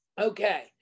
okay